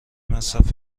مصرف